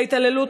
להתעללות,